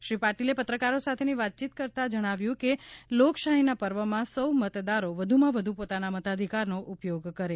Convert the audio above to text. શ્રી પાટીલા પત્રકારો સાથમ્રા વાતયીત કરતા જણાવ્યું કે લોકશાહીના પર્વમાં સૌ મતદારો વધુમાં વધુ પોતાના મતાધિકારનો ઉપયોગ કરે